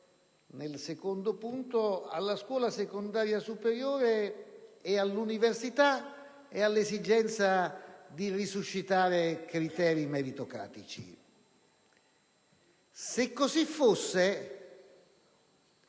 nel secondo punto, alla scuola secondaria superiore e all'università, e all'esigenza di resuscitare criteri meritocratici. Se così fosse,